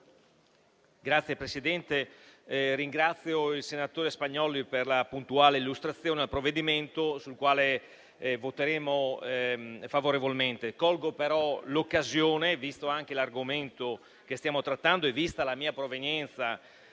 Signora Presidente, ringrazio il senatore Spagnolli per la puntuale illustrazione del provvedimento, sul quale il Gruppo Lega voterà a favore. Colgo però l'occasione, visto anche l'argomento che stiamo trattando e vista la mia provenienza